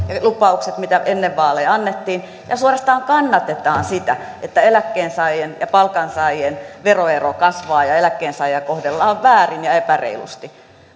lupaukset mitä ennen vaaleja annettiin ja suorastaan kannatetaan sitä että eläkkeensaajien ja palkansaajien veroero kasvaa ja eläkkeensaajia kohdellaan väärin ja epäreilusti